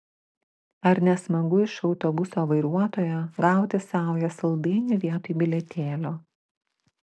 ar ne smagu iš autobuso vairuotojo gauti saują saldainių vietoj bilietėlio